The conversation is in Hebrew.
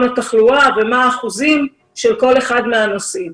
לתחלואה ומה הם האחוזים של כל אחד מהנושאים.